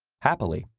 happily,